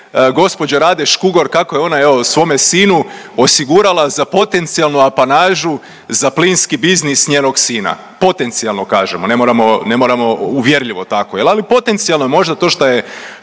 gđe. Rade Škugor kako je ona evo svome sinu osigurala za potencijalnu apanažu za plinski biznis njenog sina, potencijalno kažemo, ne moramo, ne moramo uvjerljivo tako jel, ali potencijalno je možda to šta je